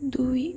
ଦୁଇ